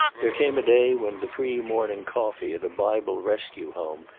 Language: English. there came a day when the free morning coffee at a bible rescue home,